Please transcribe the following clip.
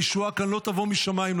הישועה כאן לא תבוא משמיים,